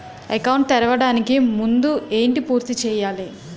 Account తెరవడానికి ముందు ఏంటి పూర్తి చేయాలి?